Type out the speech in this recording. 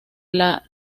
esta